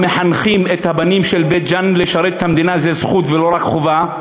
מחנכים את הבנים של בית-ג'ן שלשרת את המדינה זה זכות ולא רק חובה.